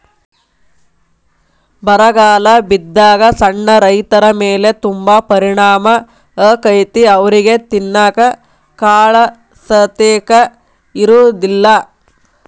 ಬರಗಾಲ ಬಿದ್ದಾಗ ಸಣ್ಣ ರೈತರಮೇಲೆ ತುಂಬಾ ಪರಿಣಾಮ ಅಕೈತಿ ಅವ್ರಿಗೆ ತಿನ್ನಾಕ ಕಾಳಸತೆಕ ಇರುದಿಲ್ಲಾ